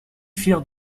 firent